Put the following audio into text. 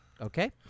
Okay